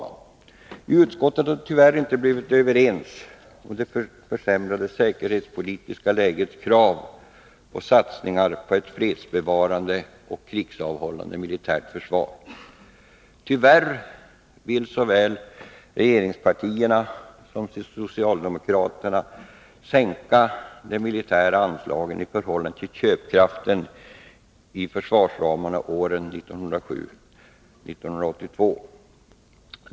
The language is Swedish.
I utskottet har vi tyvärr inte blivit överens om det försämrade säkerhetspolitiska lägets krav på satsningar på ett fredsbevarande och krigsavhållande militärt försvar. Tyvärr vill såväl regeringspartierna som socialdemokraterna sänka de militära anslagen i förhållande till köpkraften i försvarsramarna åren 1977-1982.